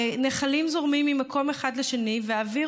ונחלים זורמים ממקום אחד לשני ואוויר